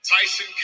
Tyson